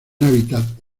hábitat